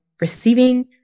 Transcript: receiving